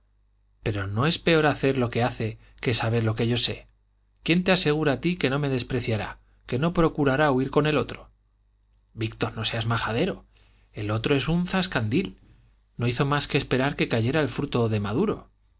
pero no es peor hacer lo que hace que saber que yo lo sé quién te asegura a ti que no me despreciará que no procurará huir con el otro víctor no seas majadero el otro es un zascandil no hizo más que esperar que cayera el fruto de maduro